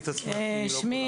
שלום,